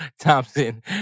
Thompson